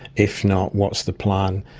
if not, what's the plan?